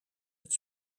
het